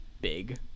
big